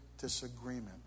disagreement